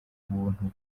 buntu